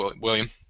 William